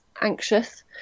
anxious